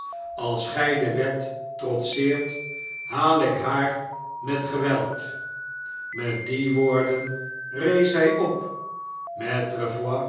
als gjj de wet trotseert haal ik haar met geweld met die woorden rees hy op